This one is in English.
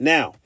Now